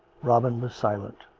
robin was silent.